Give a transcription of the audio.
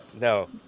No